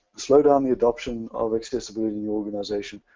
slow down the adoption of accessibility in your organization.